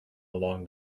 along